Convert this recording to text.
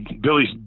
Billy's